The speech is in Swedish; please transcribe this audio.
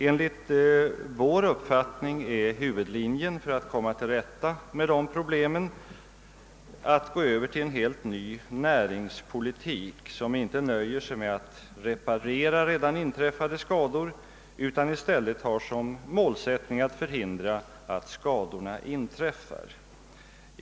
Enligt vår uppfattning är huvudlinjen för att lösa problemen att gå över till en helt ny näringspolitik som inte nöjer sig med att reparera redan inträffade skador utan i stället har som målsättning att förhindra att skadorna inträffar.